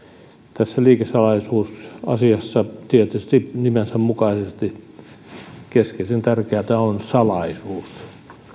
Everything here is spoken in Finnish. tässä liikesalaisuusasiassa tietysti nimensä mukaisesti keskeisen tärkeätä on salaisuus